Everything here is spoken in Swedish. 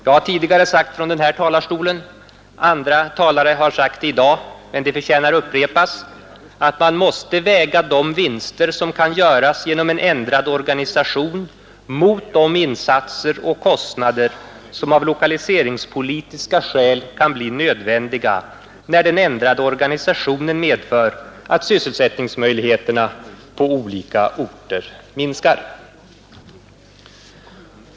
Jag har tidigare sagt från denna talarstol — andra talare har sagt samma i dag, men det förtjänar att upprepas — nämligen att man måste väga de vinster som kan göras genom en ändrad organisation mot de insatser och kostnader som av lokaliseringspolitiska skäl kan bli nödvändiga när den ändrade organisationen medför att sysselsättningsmöjligheterna på olika orter minskar.